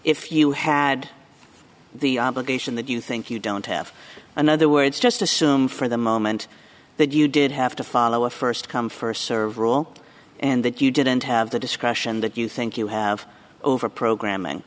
if you had the obligation that you think you don't have another words just assume for the moment that you did have to follow a first come first serve rule and that you didn't have the discretion that you think you have over programming